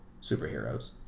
superheroes